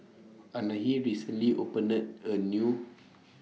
Anahi recently opened A New